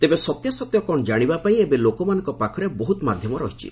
ତେବେ ସତ୍ୟାସତ୍ୟ କ'ଣ ଜାଣିବାପାଇଁ ଏବେ ଲୋକମାନଙ୍କ ପାଖରେ ବହ୍ରତ ମାଧ୍ୟମ ରହିଛି